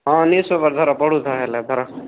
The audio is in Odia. ହଁ